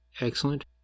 Excellent